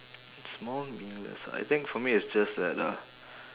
small meaningless I think for me it's just that uh